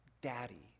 Daddy